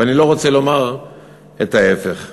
ואני לא רוצה לומר את ההפך.